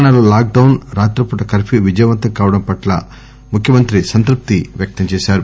తెలంగాణలో lockdown రాత్రి పూట కర్ప్యూ విజయవంతం కావడం పట్ల సిఎం సంతృప్తి వ్యక్తం చేశారు